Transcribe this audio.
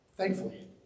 Thankfully